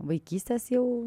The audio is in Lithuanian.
vaikystės jau